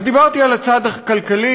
אז דיברתי על הצד הכלכלי,